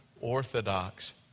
orthodox